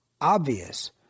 obvious